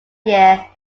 year